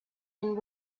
and